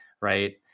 right